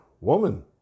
Woman